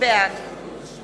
בעד